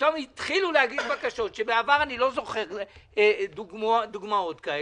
שפתאום התחילו להגיש בקשות שבעבר אני לא זוכר דוגמאות כאלה,